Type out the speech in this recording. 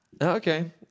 Okay